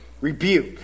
rebuke